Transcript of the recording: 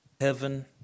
heaven